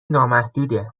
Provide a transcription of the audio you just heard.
نامحدوده